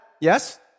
yes